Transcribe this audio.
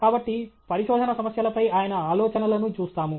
కాబట్టి పరిశోధన సమస్యలపై ఆయన ఆలోచనలను చూస్తాము